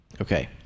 Okay